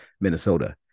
Minnesota